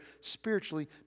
spiritually